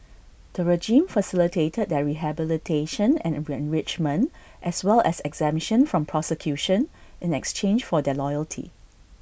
the regime facilitated their rehabilitation and enrichment as well as exemption from prosecution in exchange for their loyalty